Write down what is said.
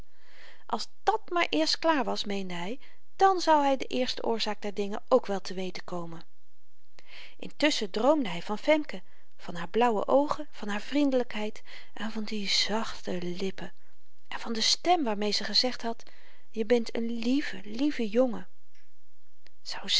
als dàt maar eerst klaar was meende hy dan zou hy de eerste oorzaak der dingen ook wel te weten komen intusschen droomde hy van femke van haar blauwe oogen van haar vriendelykheid en van die zachte lippen en van de stem waarmeê ze gezegd had je bent een lieve lieve jongen